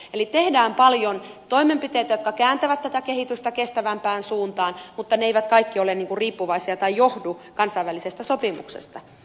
eli tehdään paljon toimenpiteitä jotka kääntävät tätä kehitystä kestävämpään suuntaan mutta ne kaikki eivät ole riippuvaisia tai johdu kansainvälisestä sopimuksesta